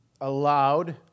allowed